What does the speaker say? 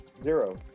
Zero